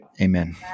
Amen